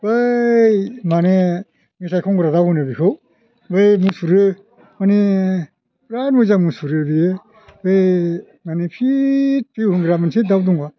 बै माने मेथाइ खनग्रा दाउ होनो बेखौ बै मुसुरो माने बिराद मोजां मुसुरो बेयो बे माने फिथ फिउ होनग्रा मोनसे दाउ दङ